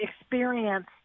experience